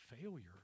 failure